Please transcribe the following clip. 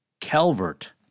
Calvert